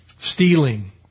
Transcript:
Stealing